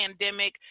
pandemic